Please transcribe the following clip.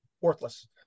worthless